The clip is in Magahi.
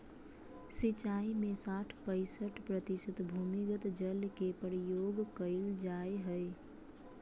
सिंचाई में साठ पईंसठ प्रतिशत भूमिगत जल के प्रयोग कइल जाय हइ